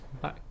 bye